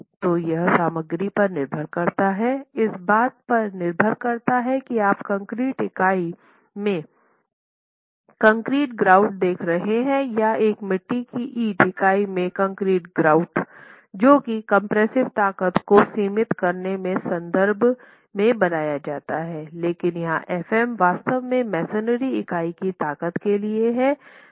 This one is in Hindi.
तो यह सामग्री पर निर्भर करता है इस बात पर निर्भर करता है कि आप कंक्रीट इकाई में कंक्रीट ग्राउट देख रहे हैं या एक मिट्टी की ईंट इकाई में कंक्रीट ग्राउट जो कि कम्प्रेस्सिव ताकत को सीमित करने के संदर्भ में बनाया जा सकता है लेकिन यहां Fm वास्तव में मेसनरी इकाई की ताकत के लिए हैं